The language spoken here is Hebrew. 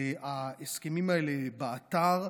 ההסכמים האלה באתר,